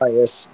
yes